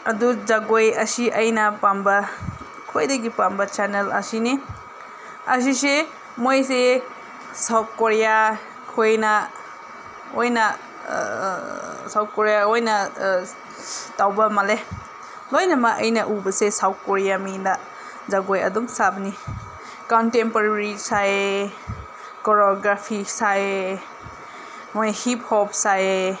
ꯑꯗꯨ ꯖꯒꯣꯏ ꯑꯁꯤ ꯑꯩꯅ ꯄꯥꯝꯕ ꯈ꯭ꯋꯥꯏꯗꯒꯤ ꯄꯥꯝꯕ ꯆꯦꯅꯦꯜꯈ ꯑꯁꯤꯅꯤ ꯑꯁꯤꯁꯤ ꯃꯣꯏꯁꯦ ꯁꯥꯎꯠ ꯀꯣꯔꯤꯌꯥ ꯈꯣꯏꯅ ꯑꯣꯏꯅ ꯁꯥꯎꯠ ꯀꯣꯔꯤꯌꯥ ꯑꯣꯏꯅ ꯇꯧꯕ ꯃꯥꯜꯂꯦ ꯂꯣꯏꯅꯃꯛ ꯑꯩꯅ ꯎꯕꯁꯦ ꯁꯥꯎꯠ ꯀꯣꯔꯤꯌꯥ ꯃꯤꯅ ꯖꯒꯣꯏ ꯑꯗꯨꯝ ꯁꯥꯕꯅꯤ ꯀꯟꯇꯦꯝꯄꯣꯔꯔꯤ ꯁꯥꯏꯑꯦ ꯀꯣꯔꯣꯒ꯭ꯔꯥꯐꯤ ꯁꯥꯏꯑꯦ ꯃꯣꯏ ꯍꯤꯞ ꯍꯣꯞ ꯁꯥꯏꯑꯑꯦ